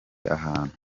ahantu